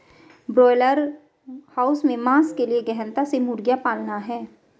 broiler house में मांस के लिए गहनता से मुर्गियां पालना है